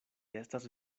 estas